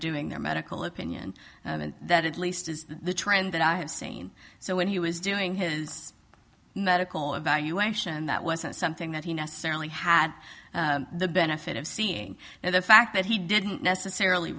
doing their medical opinion and that at least is the trend that i have seen so when he was doing his medical evaluation that wasn't something that he necessarily had the benefit of seeing and the fact that he didn't necessarily